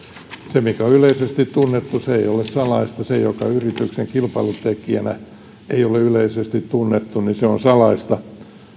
se mikä on yleisesti tunnettu ei ole salaista se joka yrityksen kilpailutekijänä ei ole yleisesti tunnettu on salaista